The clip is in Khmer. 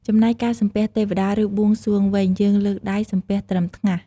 ចំណែកការសំពះទេវតា ឬបួងសួងវិញ យើងលើកដៃសំពះត្រឹមថ្ងាស។